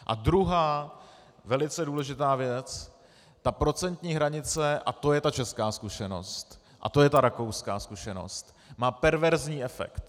A druhá, velice důležitá věc, ta procentní hranice, a to je ta česká zkušenost a to je ta rakouská zkušenost, má perverzní efekt.